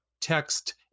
text